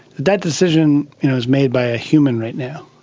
that decision is made by a human right now,